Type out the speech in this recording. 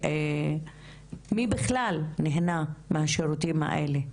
מי בכלל נהנה מהשירותים האלה?